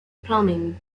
plumbing